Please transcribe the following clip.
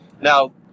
Now